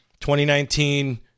2019